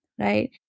Right